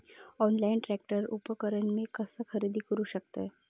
Online tractor उपकरण मी कसा खरेदी करू शकतय?